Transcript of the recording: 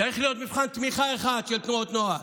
צריך להיות מבחן תמיכה אחד של תנועות נוער.